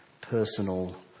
personal